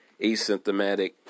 asymptomatic